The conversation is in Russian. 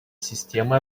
системы